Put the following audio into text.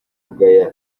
bwongereza